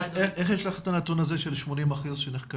איך יש לך את הנתון הזה של 80% שנחקרים?